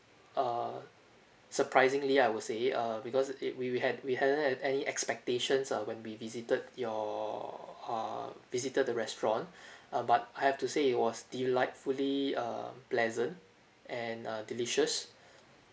err surprisingly I would say uh because it we we had we hadn't had any expectations uh when we visited your err visited the restaurant uh but I have to say it was delightfully err pleasant and uh delicious